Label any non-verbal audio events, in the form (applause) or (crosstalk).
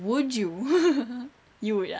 would you (laughs) you would ah